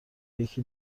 یکی